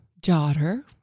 daughter